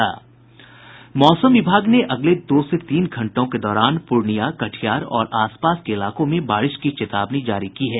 मौसम विभाग ने अगले दो से तीन घंटों के दौरान पूर्णियां कटिहार और आसपास के इलाकों में बारिश की चेतावनी जारी की है